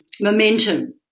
momentum